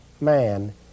man